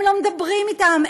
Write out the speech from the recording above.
הם לא מדברים אתם.